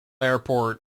airport